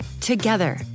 Together